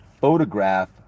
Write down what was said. photograph